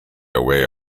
away